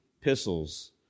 epistles